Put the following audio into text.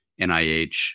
NIH